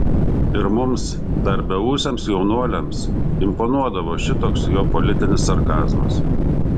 ir mums dar beūsiams jaunuoliams imponuodavo šitoks jo politinis sarkazmas